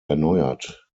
erneuert